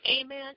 Amen